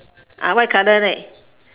uh white colour right